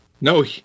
No